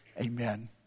Amen